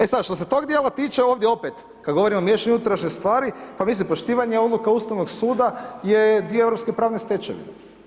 E sad, što se tog dijela tiče, ovdje opet, kad govorimo o miješanju unutarnjih stvari, pa mislim poštivanje odluka Ustavnog suda je dio europske pravne stečevine.